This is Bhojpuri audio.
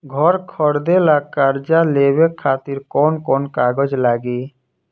घर खरीदे ला कर्जा लेवे खातिर कौन कौन कागज लागी?